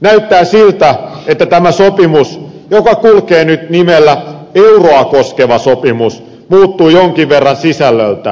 näyttää siltä että tämä sopimus joka kulkee nyt nimellä euroa koskeva sopimus muuttui jonkin verran sisällöltään